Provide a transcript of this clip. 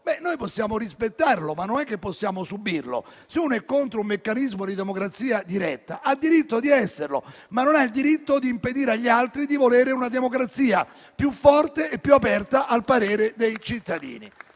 noi possiamo rispettarlo, ma non subirlo. Se uno è contro un meccanismo di democrazia diretta, ha diritto di esserlo, ma non ha il diritto di impedire agli altri di volere una democrazia più forte e più aperta al parere dei cittadini.